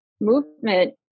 movement